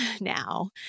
now